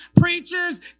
preachers